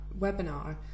webinar